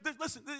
Listen